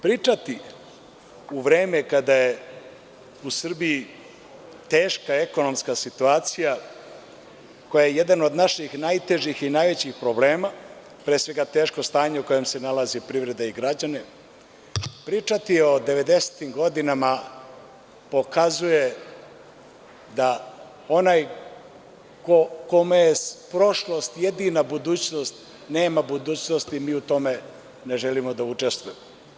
Pričati u vreme kada je u Srbiji teška ekonomska situacija, koja je jedan od naših i najtežih i najvećih problema, pre svega teško stanje u kojem se nalazi privreda i građani, pričati o 90-im godinama, pokazuje da onaj kome je prošlost jedina budućnost nema budućnosti, mi u tome ne želimo da učestvujemo.